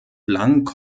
lang